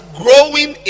growing